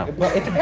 well, it